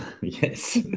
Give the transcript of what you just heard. Yes